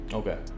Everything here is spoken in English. okay